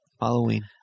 Halloween